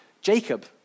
Jacob